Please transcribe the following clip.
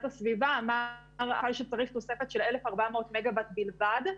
הסביבה אמר --- שצריך תוספת של 1,400 מגה-וואט בלבד,